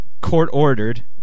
court-ordered